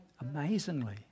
amazingly